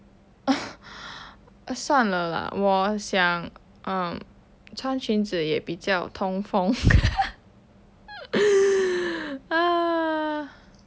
算了啦我想穿裙子也比较通风:suan le lah wo xiang chuan qun zi ye bi jiao tong feng ah